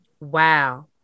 Wow